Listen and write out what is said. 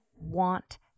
want